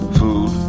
food